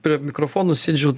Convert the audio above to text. prie mikrofonų sėdžiu